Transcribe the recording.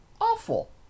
awful